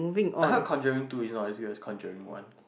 I heard conjuring two is not as good as conjuring one